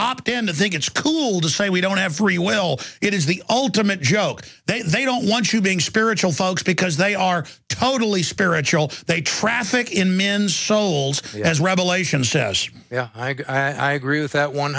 opt in to think it's cool to say we don't have free will it is the ultimate joke they they don't want you being spiritual folks because they are totally spiritual they traffic in men's souls as revelations says i agree with that one